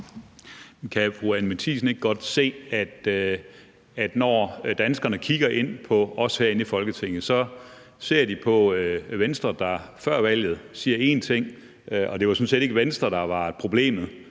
ikke godt se, at når danskerne kigger på os herinde i Folketinget, ser de på Venstre, der før valget sagde en ting – og det var sådan set ikke Venstre, der var problemet